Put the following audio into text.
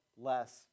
less